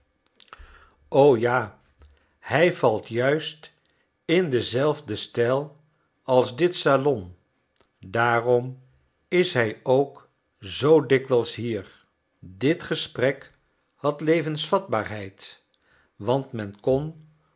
o ja hij valt juist in denzelfden stijl als dit salon daarom is hij ook zoo dikwijls hier dit gesprek had levensvatbaarheid want men kon